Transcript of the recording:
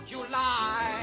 July